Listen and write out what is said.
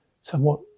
somewhat